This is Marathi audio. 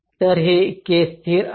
तर हे K स्थिर आहे